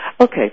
Okay